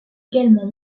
également